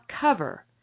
cover